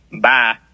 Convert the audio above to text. Bye